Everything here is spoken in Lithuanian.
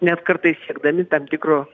net kartais siekdami tam tikro